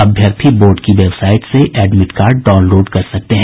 अभ्यर्थी बोर्ड की वेबसाइट से एडमिड कार्ड डाउनलोड कर सकते हैं